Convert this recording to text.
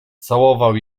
całował